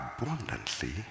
abundantly